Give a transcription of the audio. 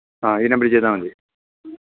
ഈ നമ്പരില് ചെയ്താല് മതി